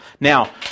Now